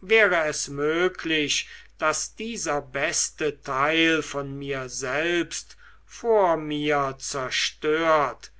wäre es möglich daß dieser beste teil von mir selbst vor mir zerstört